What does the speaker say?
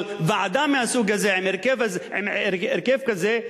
אבל ועדה מהסוג הזה, עם הרכב כזה,